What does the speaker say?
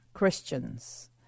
Christians